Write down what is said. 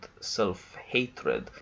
self-hatred